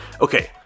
Okay